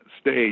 stage